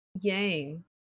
Yang